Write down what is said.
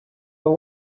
but